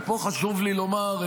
ופה חשוב לי לומר,